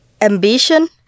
ambition